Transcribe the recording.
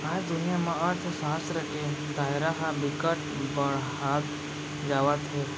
आज दुनिया म अर्थसास्त्र के दायरा ह बिकट बाड़हत जावत हे